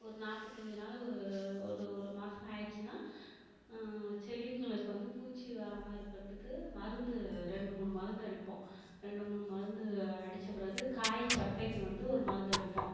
ஒரு நாற்பத்தஞ்சி நாலு ஒரு ஒரு ஒரு மாதம் ஆகிடுச்சின்னா செடிங்களுக்கு வந்து பூச்சி வராமல் இருக்கிறதுக்கு மருந்து ரெண்டு மூணு மருந்து அடிப்போம் ரெண்டு மூணு மருந்து அடித்த பிறகு காய் சப்பைக்கு வந்து ஒரு மருந்தடிப்போம்